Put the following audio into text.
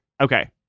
Okay